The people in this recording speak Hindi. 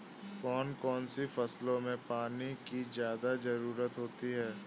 कौन कौन सी फसलों में पानी की ज्यादा ज़रुरत होती है?